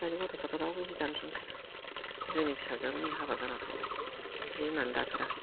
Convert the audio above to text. दानि गथ'फ्राथ' रावबो जि दानो रोंखाया जोंनि फिसाजोआनो हाबा जानानै थांबाय जि होननानै दाफेराखै